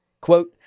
quote